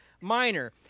Minor